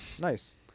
Nice